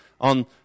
on